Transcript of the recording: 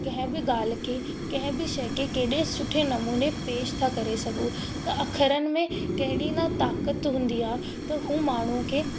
कंहिं बि ॻाल्हि खे कंहिं बि शइ खे केॾे सुठे नमूने पेश था करे सघूं त अखरनि में कहिड़ी न ताक़त हूंदी आहे त उहे माण्हूअ खे